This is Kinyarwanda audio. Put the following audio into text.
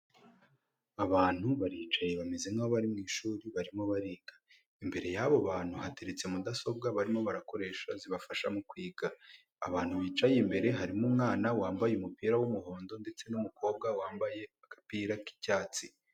Abantu baricaye bameze nkaho bari mu ishuri barimo bariga, imbere yabo bantu hateretse mudasobwa barimo barakoresha zibafasha mu kwiga, abantu bicaye imbere harimo umwana wambaye umupira w'umuhondo ndetse numukobwa wambaye agapira k'icyatsi.